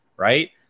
right